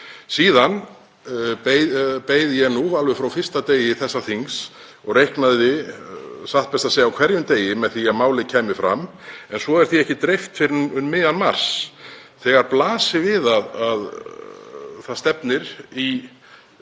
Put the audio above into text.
Síðan beið ég alveg frá fyrsta degi þessa þings og reiknaði satt best að segja á hverjum degi með því að málið kæmi fram en svo er því ekki dreift fyrr en um miðjan mars þegar margt bendir